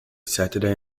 saturday